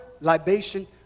Libation